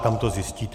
Tam to zjistíte.